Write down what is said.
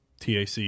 TAC